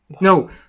No